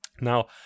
Now